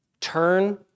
turn